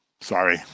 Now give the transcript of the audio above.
Sorry